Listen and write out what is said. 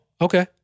okay